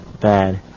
Bad